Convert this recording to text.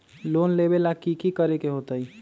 Loan लेबे ला की कि करे के होतई?